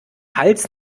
hals